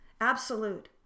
absolute